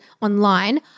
online